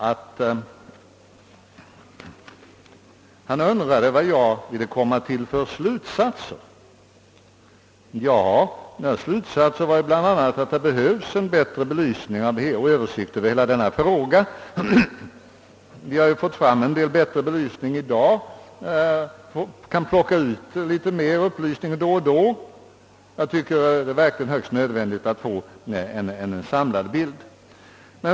Vidare undrade herr Wickman vilka slutsatser jag ville komma till. Ja, mina slutsatser var bl.a. att det här behövs en bättre belysning av och översikt över hela denna fråga. Vi har till en del fått fram en bättre belysning i dag. Vi kan plocka ut från regeringen litet mer upplysningar då och då. Jag tycker verkligen att det är alldeles nödvändigt att få en samlad bild.